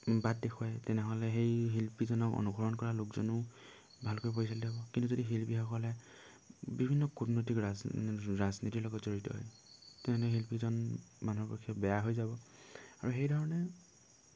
বাট দেখুৱায় তেনেহ'লে সেই শিল্পীজনক অনুসৰণ কৰা লোকজনেও ভালকৈ পৰিচালিত হ'ব কিন্তু যদি শিল্পীসকলে বিভিন্ন কূটনৈতিক ৰাজনীতিৰ লগত জড়িত হয় তেনেকৈ শিল্পীজন মানুহৰ পক্ষে বেয়া হৈ যাব আৰু সেইধৰণে